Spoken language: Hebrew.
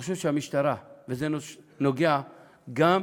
אני חושב שהמשטרה, וזה נוגע גם